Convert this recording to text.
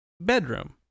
bedroom